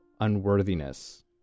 unworthiness